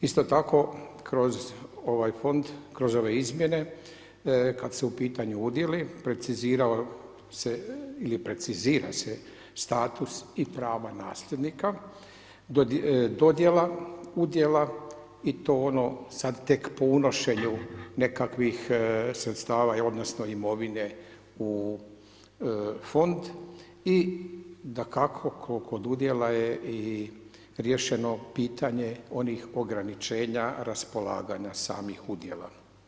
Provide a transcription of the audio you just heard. Isto tako kroz ovaj fond, kroz ove izmjene, kada su u pitanju udjeli precizirao se ili precizira se status i prava nasljednika, dodjela udjela i to ono sada tek po unošenju nekakvih sredstava odnosno, imovine u fond i dakako kod udjela je i riješeno pitanje onih ograničenja raspolaganja samih udjela.